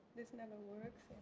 this never works